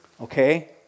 Okay